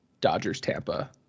Dodgers-Tampa